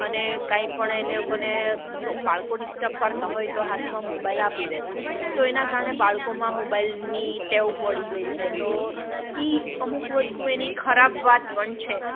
અને કાંઇપણ એ લોકોને જો બાળકો ડિસ્ટર્બ કરતાં હોય તો હાથમાં મોબાઈલ આપી દે છે તો એના કારણે બાળકોમાં મોબાઇલની ટેવ પડી ગઈ છે તો એ અમુક વસ્તુ એની ખરાબ વાત પણ છે